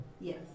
Yes